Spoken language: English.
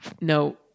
no